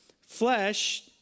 flesh